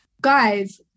guys